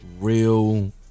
Real